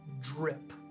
drip